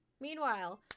Meanwhile